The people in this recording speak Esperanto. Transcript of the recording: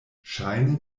ŝajne